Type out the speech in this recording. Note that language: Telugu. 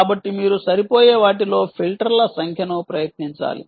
కాబట్టి మీరు సరిపోయే వాటిలో ఫిల్టర్ల సంఖ్యను ప్రయత్నించాలి